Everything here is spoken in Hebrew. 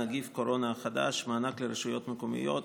נגיף הקורונה החדש) (מענק לרשויות מקומיות),